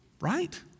Right